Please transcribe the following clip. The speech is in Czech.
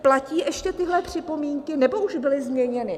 Platí ještě tyhle připomínky, nebo už byly změněny?